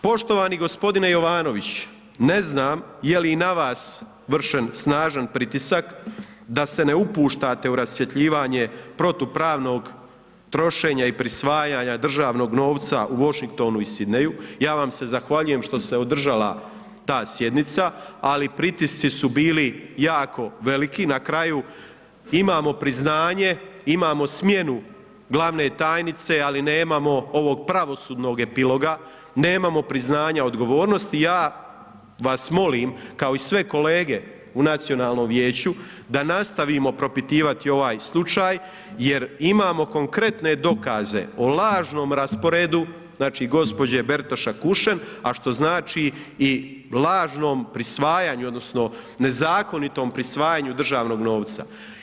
Poštovani g. Jovanović, ne znam, je li i na vas vršen snažan pritisak, da se ne opuštate u rasvjetljivanje protupravnog trošenja i prisvajanja državnog novca u Washingtonu i Sidneyu ja vam se zahvaljujem što se održala ta sjednica, ali pritisci su bili jako veliki, na kraju, imamo priznanje, imamo smjenu glavne tajnice, ali nemamo ovog pravosudnog epiloga, nemamo priznanja, odgovornost i ja vas molim kao i sve kolege u Nacionalnom vijeću, da nastavimo propitivati ovaj slučaj, jer imamo konkretne dokaze, o lažnom rasporedu znači gđe. Bertoša Kušen, a što znači i lažnom prisvajanju, odnosno, nezakonitom prisvajanju državnog novca.